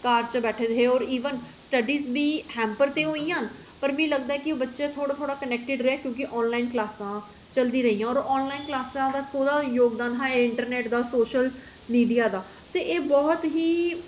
घर च बैठे दे हे इवन स्टड्डी हैम्पर ते होई गेइयां पर मिगी लगदा कि बच्चे थोह्ड़े थोह्ड़े कोनैक्टेड़ रेह् क्योंकि ऑनलाइन क्लासां चलदी रेहियां होर ऑनलाइन क्लासां केह्दा जोगदान हा सोशल मीडिया दा ते एह् बहुत ई